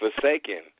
forsaken